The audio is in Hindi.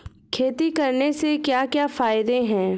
खेती करने से क्या क्या फायदे हैं?